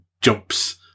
jumps